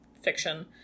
fiction